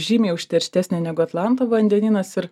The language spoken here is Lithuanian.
žymiai užterštesnė negu atlanto vandenynas ir